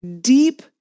deep